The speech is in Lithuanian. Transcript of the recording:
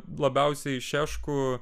labiausiai šeškų